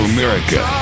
America